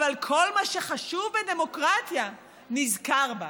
אבל כל מה שחשוב בדמוקרטיה נזכר בה: